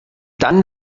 dann